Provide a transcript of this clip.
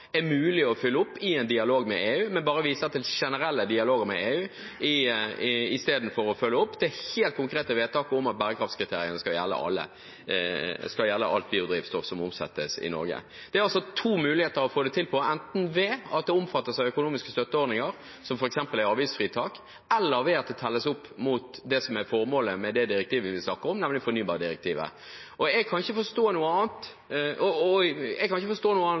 er mulig å oppfylle i en dialog med EU, men bare viser til generelle dialoger med EU – istedenfor å følge opp det helt konkrete vedtaket om at bærekraftskriteriene skal gjelde alt biodrivstoff som omsettes i Norge? Det er to muligheter å få dette til på, enten ved at det omfattes av økonomiske støtteordninger, som f.eks. avgiftsfritak, eller ved at det telles opp mot det som er formålet med det direktivet vi snakker om, nemlig fornybardirektivet. Jeg kan ikke forstå noe annet